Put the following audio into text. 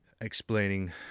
explaining